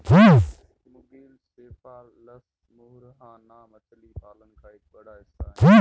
मुगिल cephalus मुहाना मछली पालन का एक बड़ा हिस्सा है